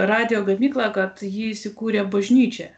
radijo gamyklą kad ji įsikūrė bažnyčioje